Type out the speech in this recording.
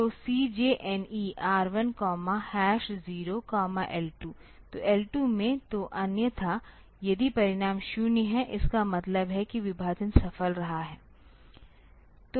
तो CJNE R1 0 L 2 तो L 2 में तो अन्यथा यदि परिणाम 0 है इसका मतलब है कि विभाजन सफल रहा है